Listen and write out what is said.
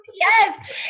Yes